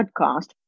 podcast